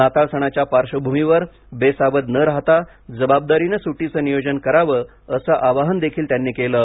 नाताळ सणाच्या पार्श्वभूमीवर बेसावध न राहता जबाबदारीनं सुटीचं नियोजन करावं असं आवाहनही त्यांनी केलं आहे